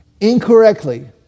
incorrectly